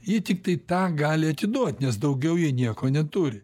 jie tiktai tą gali atiduot nes daugiau jie nieko neturi